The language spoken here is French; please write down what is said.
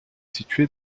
situé